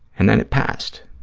and then it passed.